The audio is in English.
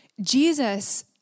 Jesus